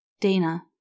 Dana